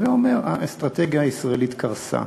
הווי אומר שהאסטרטגיה הישראלית קרסה.